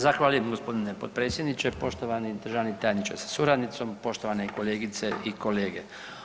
Zahvaljujem g. potpredsjedniče, poštovani državni tajniče sa suradnicom, poštovane kolegice i kolege.